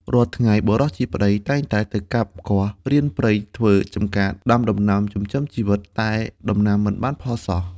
រាល់ថ្ងៃ បុរសជាប្តីតែងតែទៅកាប់គាស់រានព្រៃធ្វើ ចំការដាំដំណាំចិញ្ចឹមជីវិត តែដំណាំមិនបានផល សោះ ។